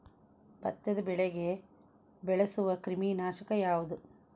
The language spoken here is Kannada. ಭತ್ತದ ಬೆಳೆಗೆ ಬಳಸುವ ಕ್ರಿಮಿ ನಾಶಕ ಯಾವುದು?